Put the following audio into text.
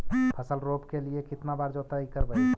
फसल रोप के लिय कितना बार जोतई करबय?